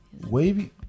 Wavy